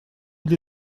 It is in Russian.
для